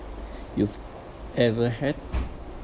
you've ever had